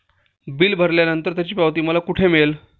Bill भरल्यानंतर त्याची पावती मला कुठे मिळेल?